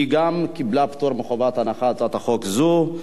היא גם קיבלה פטור מחובת הנחה, הצעת החוק הזאת.